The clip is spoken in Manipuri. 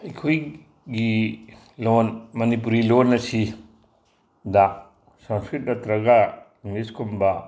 ꯑꯩꯈꯣꯏꯒꯤ ꯂꯣꯟ ꯃꯅꯤꯄꯨꯔꯤ ꯂꯣꯟ ꯑꯁꯤꯗ ꯁꯪꯁꯀ꯭ꯔꯤꯠ ꯅꯠꯇ꯭ꯔꯒ ꯏꯪꯂꯤꯁꯀꯨꯝꯕ